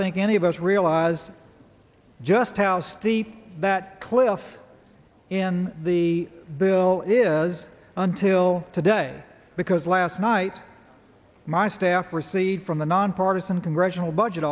think any of us realize just how steep that cliff in the bill is until today because last night my staff received from the nonpartisan congressional budget